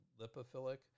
lipophilic